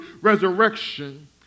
resurrection